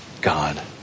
God